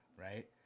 right